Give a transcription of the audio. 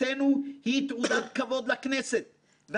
זו גם הזדמנות להודות ליושב-ראש הכנסת,